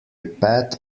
path